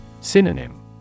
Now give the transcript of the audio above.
Synonym